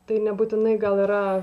tai nebūtinai gal yra